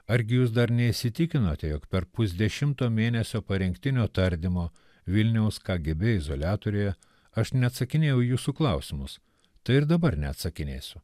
argi jūs dar neįsitikinote jog per pusdešimto mėnesio parengtinio tardymo vilniaus kagėbė izoliatoriuje aš neatsakinėjau į jūsų klausimus tai ir dabar neatsakinėsiu